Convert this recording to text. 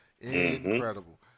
Incredible